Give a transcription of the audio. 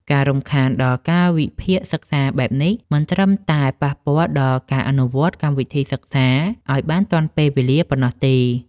ការរំខានដល់កាលវិភាគសិក្សាបែបនេះ មិនត្រឹមតែប៉ះពាល់ដល់ការអនុវត្តកម្មវិធីសិក្សាឱ្យបានទាន់ពេលវេលាប៉ុណ្ណោះទេ។